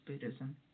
Buddhism